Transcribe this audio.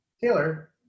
Taylor